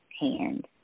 hand